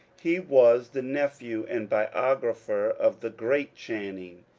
he was the nephew and biographer of the great channing.